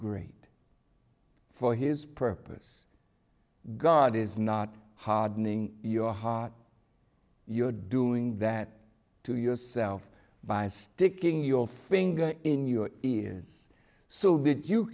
great for his purpose god is not hardening your heart you're doing that to yourself by sticking your finger in your ears so that you